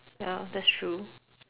ya that's true